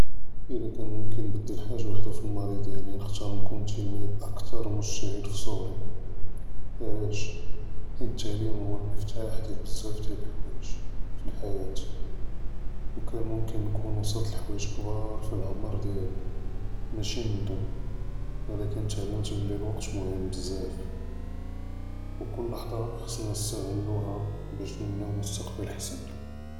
אלא כאן מומכן נבדל חאג׳ה וחדה פלאמצ׳י דיאלי נכתאר נכון אכת׳ר מוג׳תהד פי צע׳רי, ועלאש? חית אלתעלים הו אלמפתאח דיאל בזאף דיאל אלחואיג׳ פלאחיאת, וכאן מומכן נكون וצלת לחואיג׳ כְּבאר פלאעמר דיאלי. מאשי ננדם, ולאכן תעלמת בּלי אלווקת מוהם בזאף, וכל לחְטה ח׳סנא נסתע׳לוהא באש נבנִי מסטקבל חסן.